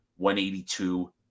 182